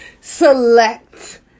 select